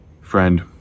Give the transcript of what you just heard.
Friend